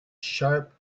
sharp